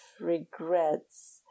regrets